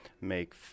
make